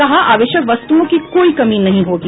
कहा आवश्यक वस्तुओं की कोई कमी नहीं होगी